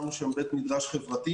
הקמנו שם בית מדרש חברתי.